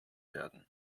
werden